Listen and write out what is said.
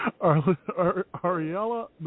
Ariella